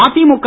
மதிமுக